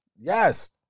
Yes